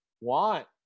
want